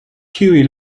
huey